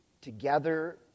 together